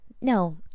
no